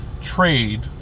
trade